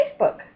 Facebook